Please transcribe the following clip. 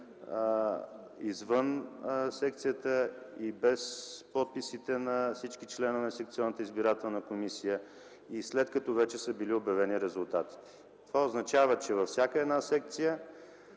извън секцията и без подписите на всички членове на секционната избирателна комисия, и след като вече са били обявени резултатите. Това означава, че във всяка една секция